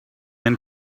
and